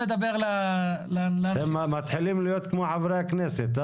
הם מתחילים להיות כמו חברי הכנסת?